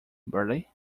bertie